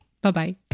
Bye-bye